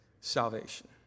salvation